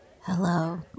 Hello